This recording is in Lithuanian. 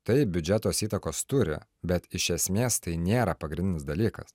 tap biudžetas įtakos turi bet iš esmės tai nėra pagrindinis dalykas